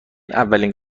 اولین